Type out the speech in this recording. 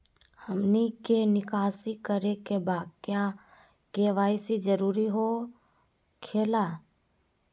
हमनी के निकासी करे के बा क्या के.वाई.सी जरूरी हो खेला?